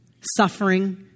suffering